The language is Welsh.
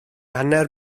hanner